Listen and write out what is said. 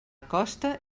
costa